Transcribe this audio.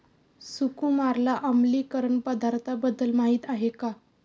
सुकुमारला आम्लीकरण पदार्थांबद्दल माहिती आहे का?